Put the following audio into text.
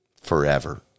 forever